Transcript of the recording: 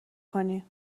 کنی